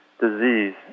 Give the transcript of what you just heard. disease